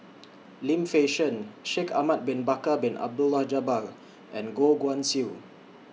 Lim Fei Shen Shaikh Ahmad Bin Bakar Bin Abdullah Jabbar and Goh Guan Siew